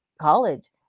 college